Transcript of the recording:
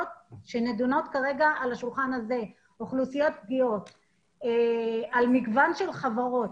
שנדונות כרגע בשולחן הזה ועל מגוון של חברות.